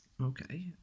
Okay